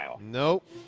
Nope